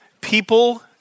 people